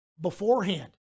beforehand